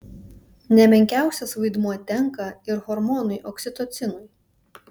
ne menkiausias vaidmuo tenka ir hormonui oksitocinui